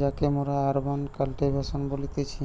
যাকে মোরা urban cultivation বলতেছি